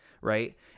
Right